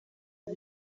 ibi